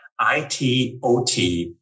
ITOT